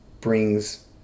brings